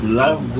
love